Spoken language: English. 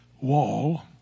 wall